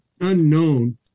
unknown